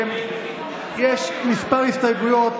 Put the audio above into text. יש כמה הסתייגויות